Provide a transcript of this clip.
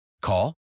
Call